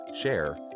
share